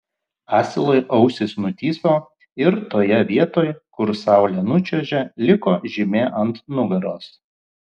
asilui ausys nutįso ir toje vietoj kur saulė nučiuožė liko žymė ant nugaros